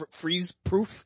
freeze-proof